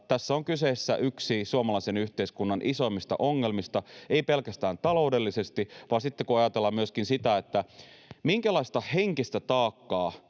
tässä on kyseessä yksi suomalaisen yhteiskunnan isoimmista ongelmista, ei pelkästään taloudellisesti, vaan kun ajatellaan myöskin sitä, minkälaista henkistä taakkaa